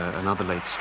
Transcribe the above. ah another late